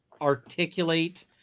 articulate